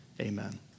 Amen